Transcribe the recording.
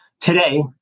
Today